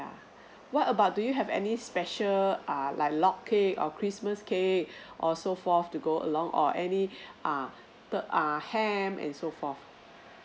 what about do you have any special err like log cake or christmas cake or so forth to go along or any err the err ham and so forth